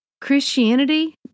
Christianity